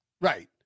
Right